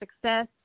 Success